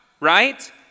right